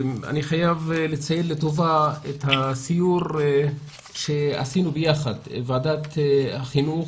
אני חייב לציין לטובה את הסיור שערכנו יחד ועדת החינוך